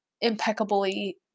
impeccably